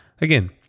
Again